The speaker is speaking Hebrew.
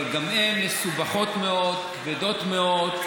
אבל גם הן מסובכות מאוד, כבדות מאוד,